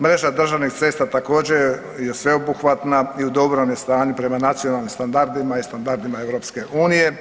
Mreža državnih cesta također, je sveobuhvatna i u dobrom je stanju prema nacionalnim standardima i standardima EU.